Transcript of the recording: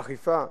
אכיפה,